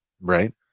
Right